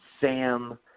Sam